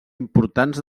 importants